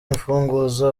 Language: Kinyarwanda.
imfunguzo